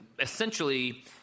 essentially